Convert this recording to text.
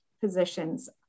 positions